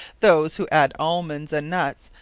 those, who adde almons, and nuts,